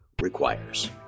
requires